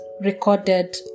recorded